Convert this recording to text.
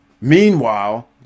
meanwhile